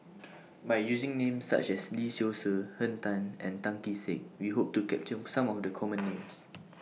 By using Names such as Lee Seow Ser Henn Tan and Tan Kee Sek We Hope to capture Some of The Common Names